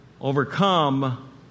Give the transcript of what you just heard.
overcome